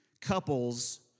couples